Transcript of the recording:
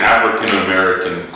African-American